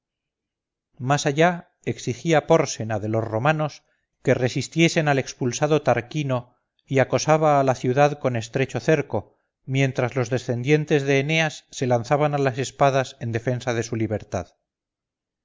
más allá exigía pórsena de los romanos que resistiesen al expulsado tarquino y acosaba a la ciudad con estrecho cerco mientras los descendientes de eneas se lanzaban a las espadas en defensa de su libertad